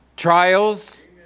Trials